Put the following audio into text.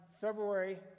february